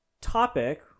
topic